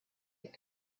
and